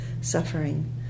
suffering